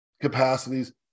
capacities